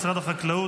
משרד החקלאות,